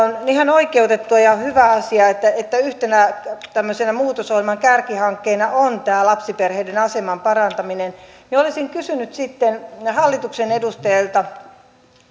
ihan oikeutettua ja hyvä asia että yhtenä tämmöisenä muutosohjelman kärkihankkeena on tämä lapsiperheiden aseman parantaminen olisin kysynyt hallituksen edustajilta